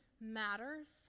matters